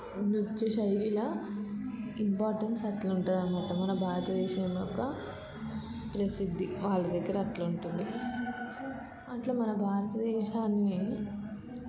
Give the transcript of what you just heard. నృత్య శైలి ఇలా ఇంపార్టెన్స్ అట్ల ఉంటుంది అన్నమాట మన భారతదేశం యొక్క ప్రసిద్ధి వాళ్ళ దగ్గర అట్ల ఉంటుంది అట్లా మన భారతదేశాన్ని